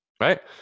Right